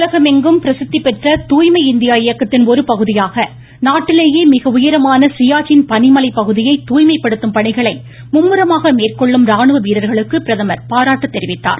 உலகமெங்கும் பிரசித்தி பெற்ற தூய்மை இந்தியா இயக்கத்தின் ஒருபகுதியாக நாட்டிலேயே மிக உயரமான சியாச்சின் பனிமலைப் பகுதியை தாய்மைப் படுத்தும் பணிகளை மும்முரமாக மேற்கொள்ளும் இராணுவ வீரர்களுக்கு பிரதமர் பாராட்டு தெரிவித்தார்